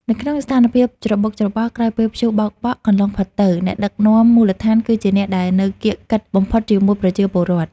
នៅក្នុងស្ថានភាពច្របូកច្របល់ក្រោយពេលព្យុះបោកបក់កន្លងផុតទៅ អ្នកដឹកនាំមូលដ្ឋានគឺជាអ្នកដែលនៅកៀកកិតបំផុតជាមួយប្រជាពលរដ្ឋ។